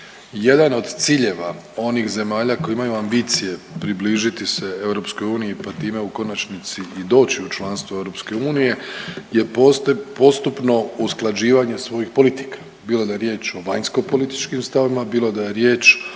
Jedan od ciljeva onih zemalja koje imaju ambicije približiti se EU, pa time u konačnici i doći u članstvo EU je postupno usklađivanje svojih politika, bilo da je riječ o vanjskopolitičkim stavovima, bilo da je riječ